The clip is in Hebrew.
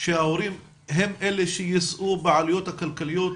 שההורים הם אלה שיישאו בעלויות הכלכליות